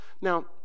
Now